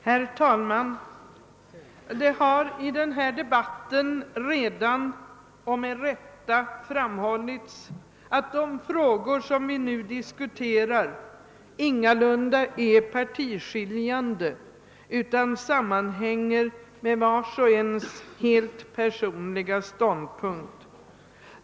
Herr talman! Det har i den här debatten redan och med rätta framhållits att de frågor som vi nu diskuterar ingalunda är partiskiljande utan sammanhänger med vars och ens helt personliga ståndpunkt.